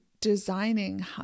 designing